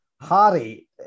Harry